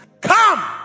Come